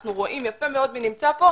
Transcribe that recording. אנחנו רואים יפה מאוד מי נמצא כאן,